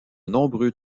nombreux